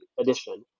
edition